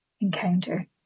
encounter